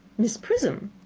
miss prism!